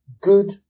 good